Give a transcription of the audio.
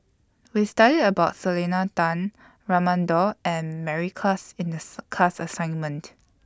We studied about Selena Tan Raman Daud and Mary Klass in The class assignment